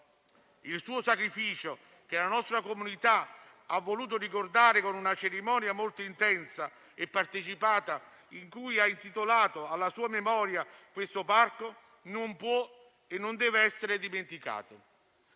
Il suo sacrificio, che la nostra comunità ha voluto ricordare con una cerimonia molto intensa e partecipata, in cui ha intitolato alla sua memoria questo parco, non può e non deve essere dimenticato.